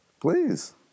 Please